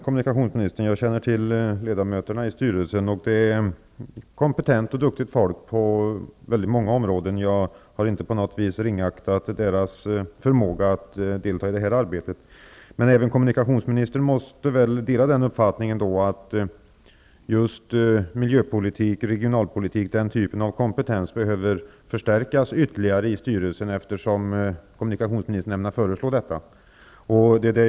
Herr talman! Jag känner till ledamöterna i styrelsen. Det är folk som är kompetent och duktigt på många områden. Jag har inte på något vis ringaktat deras förmåga att delta i detta arbete. Men även kommunikationsministern måste dela uppfattningen att just kompetensen inom miljöområdet och regionalpolitik behöver förstärkas ytterligare i styrelsen, eftersom kommunikationsministern ämnar föreslå detta.